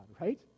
right